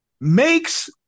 makes